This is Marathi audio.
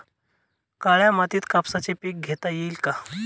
काळ्या मातीत कापसाचे पीक घेता येईल का?